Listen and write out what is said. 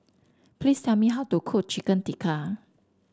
please tell me how to cook Chicken Tikka